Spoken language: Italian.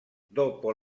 dopo